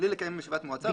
בלי לקיים ישיבת מועצה.